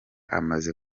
amaze